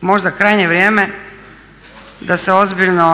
možda krajnje vrijeme da se ozbiljno